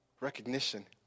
recognition